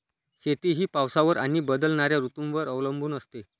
शेती ही पावसावर आणि बदलणाऱ्या ऋतूंवर अवलंबून असते